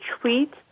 Tweet